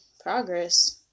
progress